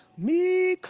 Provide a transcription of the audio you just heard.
me